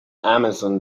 amazon